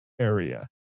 area